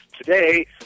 Today